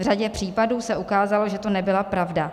V řadě případů se ukázalo, že to nebyla pravda.